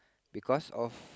because of